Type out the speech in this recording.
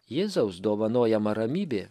jėzaus dovanojama ramybė